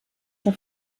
der